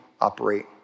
operate